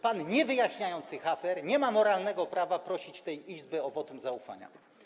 Pan, nie wyjaśniając tych afer, nie ma moralnego prawa, żeby prosić tę Izbę o wotum zaufania.